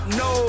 no